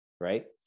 right